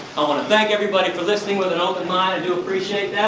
i wanna thank everybody for listening with an open mind, i do appreciate